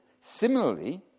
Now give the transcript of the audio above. Similarly